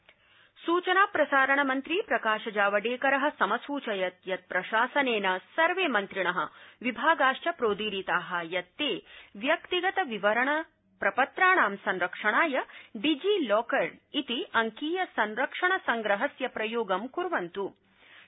जावड़ेकर सूचना प्रसारणमन्त्री प्रकाश जावड़ेकर समसूचयत् यत् प्रशासनेन सर्वे मन्त्रिण विभागाश्च प्रोदीरिता यत् ते व्यक्तिगत विवरण प्रपत्राणां संरक्षणाय डिजिलॉकर इति अंकीय संरक्षण संप्रहस्य प्रयोगं कुर्वन्त्